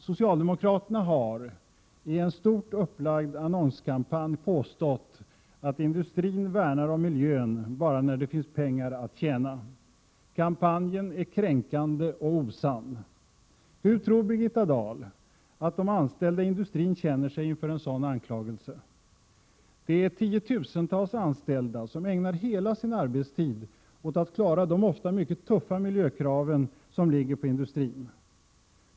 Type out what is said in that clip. Socialdemokraterna har i en stort upplagd annonskampanj påstått att industrin värnar om miljön bara i de fall då det finns pengar att tjäna. Kampanjen är kränkande och osann. Hur tror Birgitta Dahl att de anställda i industrin känner sig inför en sådan anklagelse? Tiotusentals anställda ägnar hela sin arbetstid åt att klara de ofta mycket tuffa miljökrav som ligger på industrin.